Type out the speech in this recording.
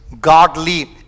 godly